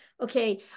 Okay